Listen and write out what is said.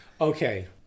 Okay